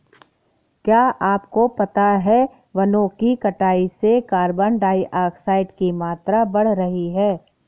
क्या आपको पता है वनो की कटाई से कार्बन डाइऑक्साइड की मात्रा बढ़ रही हैं?